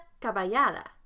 caballada